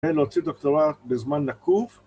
להוציא דוקטורט בזמן נקוב...